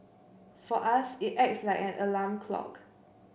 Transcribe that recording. for us it acts like an alarm clock